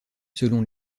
selon